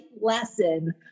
lesson